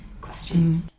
questions